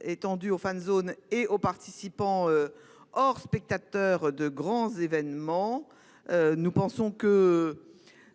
Étendue aux fans zones et aux participants. Or spectateurs de grands événements. Nous pensons que.